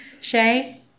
Shay